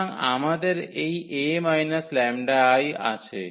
সুতরাং আমাদের এই 𝐴 𝜆𝐼 আছে